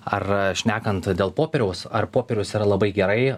ar šnekant dėl popieriaus ar popierius yra labai gerai